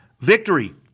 victory